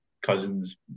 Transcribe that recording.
Cousins